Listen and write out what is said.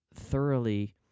thoroughly